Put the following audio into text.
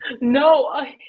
no